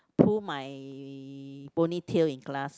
pull my ponytail in class